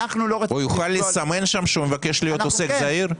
אנחנו לא רצינו ל --- הוא יוכל לסמן שם שהוא מבקש להיות עוסק זעיר?